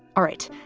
all right.